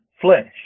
flesh